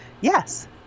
Yes